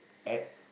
add